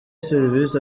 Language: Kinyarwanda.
serivisi